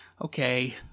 Okay